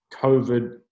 COVID